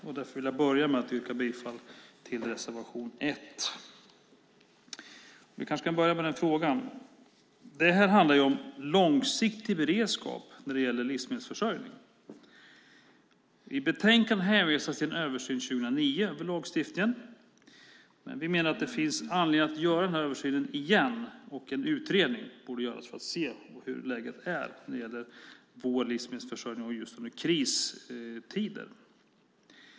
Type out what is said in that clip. Jag vill börja med att yrka bifall till reservation 1. Vi kan börja med den frågan. Det handlar om långsiktig beredskap när det gäller livsmedelsförsörjning. I betänkandet hänvisas till en översyn av lagstiftningen 2009. Vi menar att det finns anledning att göra översynen igen, och en utredning borde göras för att se hur läget är när det gäller vår livsmedelsförsörjning i kristider.